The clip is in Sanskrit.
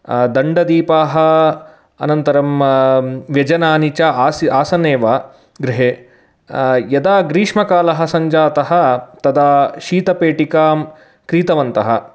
दण्डदीपाः अनन्तरं व्यजनानि च आसन्नेव गृहे यदा ग्रीष्मकालः सञ्जातः तदा शीतपेटिकां क्रीतवन्तः